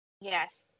Yes